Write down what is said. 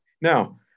Now